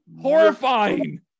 horrifying